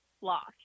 Lost